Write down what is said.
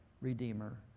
redeemer